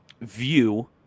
view